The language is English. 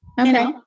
Okay